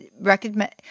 recommend